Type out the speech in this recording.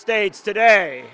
states today